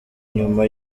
nyuma